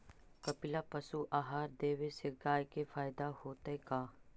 कपिला पशु आहार देवे से गाय के फायदा होतै का?